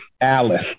Alice